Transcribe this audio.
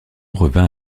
revint